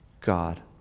God